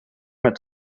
met